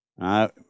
right